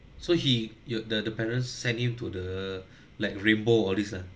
so he your the the parents send him to the like rainbow all these lah